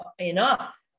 enough